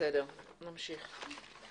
בסדר, תמשיך.